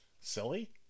silly